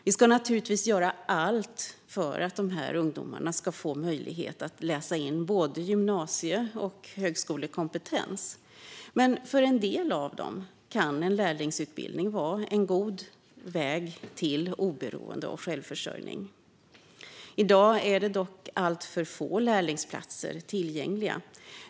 Vi ska naturligtvis göra allt för att dessa ungdomar får möjlighet att läsa in både gymnasie och högskolekompetens, men för en del av dem kan en lärlingsutbildning vara en god väg till oberoende och självförsörjning. I dag är dock alltför få lärlingsplatser tillgängliga.